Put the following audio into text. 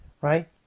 right